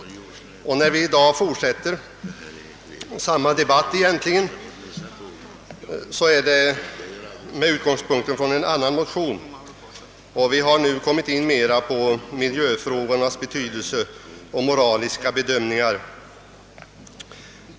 När vi i dag egentligen fortsätter samma debatt är det med utgångspunkt i en annan motion; vi har nu kommit in mera på miljöfrågornas betydelse och på moraliska bedömningar.